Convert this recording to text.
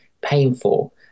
painful